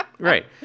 Right